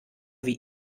wie